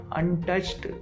untouched